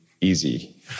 easy